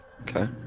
Okay